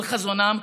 על חזונם,